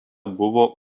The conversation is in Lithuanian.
buvo